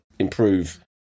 improve